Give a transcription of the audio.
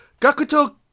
Gakuto